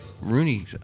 Rooney